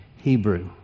Hebrew